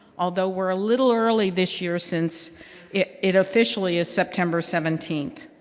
although we're a little early this year since it it officially is september seventeenth.